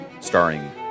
Starring